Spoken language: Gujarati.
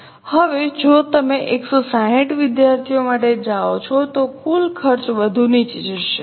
હવે જો તમે 160 વિદ્યાર્થીઓ માટે જાઓ છો તો કુલ ખર્ચ વધુ નીચે જશે